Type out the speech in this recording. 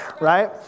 right